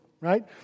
right